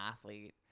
athlete